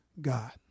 god